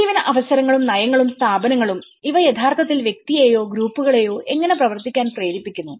ഉപജീവന അവസരങ്ങളും നയങ്ങളും സ്ഥാപനങ്ങളും ഇവ യഥാർത്ഥത്തിൽ വ്യക്തിയെയോ ഗ്രൂപ്പുകളെയോ എങ്ങനെ പ്രവർത്തിക്കാൻ പ്രേരിപ്പിക്കുന്നു